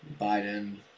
Biden